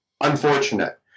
unfortunate